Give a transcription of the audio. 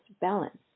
balance